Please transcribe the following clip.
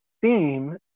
theme